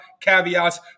caveats